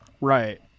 Right